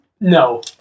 No